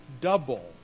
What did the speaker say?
double